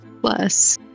Plus